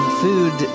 food